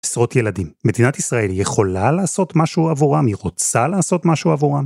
עשרות ילדים, מדינת ישראל יכולה לעשות משהו עבורם, היא רוצה לעשות משהו עבורם.